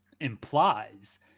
implies